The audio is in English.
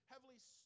heavily